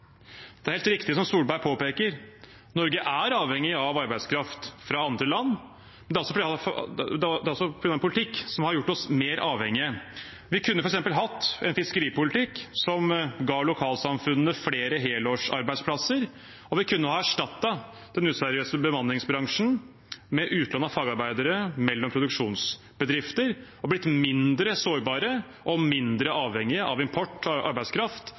Det er helt riktig, som Solberg påpeker, at Norge er avhengig av arbeidskraft fra andre land, men det er altså på grunn av en politikk som har gjort oss mer avhengige. Vi kunne f.eks. hatt en fiskeripolitikk som ga lokalsamfunnene flere helårsarbeidsplasser, og vi kunne ha erstattet den useriøse bemanningsbransjen med utlån av fagarbeidere mellom produksjonsbedrifter og blitt mindre sårbare og mindre avhengige av import av arbeidskraft